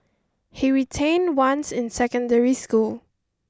he retained once in secondary school